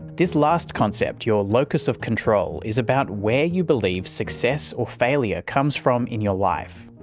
this last concept, your locus of control, is about where you believe success or failure comes from in your life.